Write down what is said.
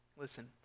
Listen